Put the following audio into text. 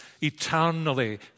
eternally